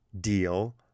deal